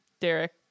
Derek